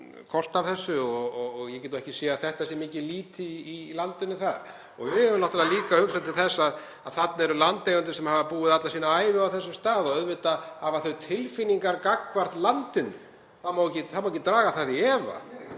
kort af þessu og ég get ekki séð að þetta sé mikið lýti í landinu þar. Við eigum náttúrlega líka að hugsa til þess að þarna eru landeigendur sem hafa búið alla sína ævi á þessum stað og auðvitað hafa þeir tilfinningar gagnvart landinu. Það má ekki draga það í efa.